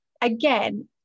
again